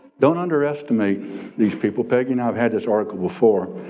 don't underestimate these people. peggy and i had this article before.